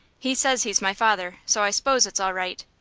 he says he's my father, so i s'pose it's all right.